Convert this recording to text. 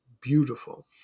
Beautiful